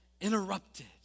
interrupted